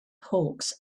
hawks